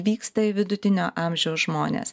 vyksta i vidutinio amžiaus žmonės